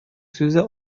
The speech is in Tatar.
сүзе